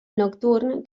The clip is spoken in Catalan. nocturn